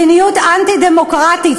מדיניות אנטי דמוקרטית.